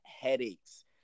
headaches